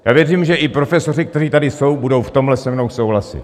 Já věřím, že i profesoři, kteří tady jsou, budou v tomhle se mnou souhlasit.